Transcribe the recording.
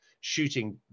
shooting